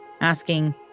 asking